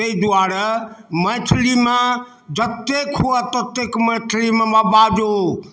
तै दुआरे मैथिलीमे जतेक हुअ ततेक मैथिलीमे बाजू